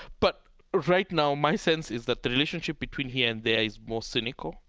but right now my sense is that the relationship between here and there is more cynical.